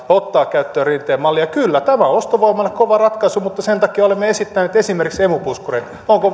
ja ottaa käyttöön rinteen malli kyllä tämä on ostovoimalle kova ratkaisu mutta sen takia olemme esittäneet esimerkiksi emu puskureita onko